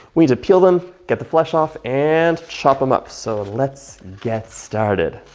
we'd appeal them get the flesh off and chop them up. so let's get started.